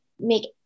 make